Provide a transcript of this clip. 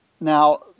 Now